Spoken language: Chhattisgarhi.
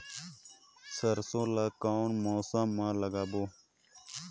सरसो ला कोन मौसम मा लागबो?